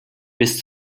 bis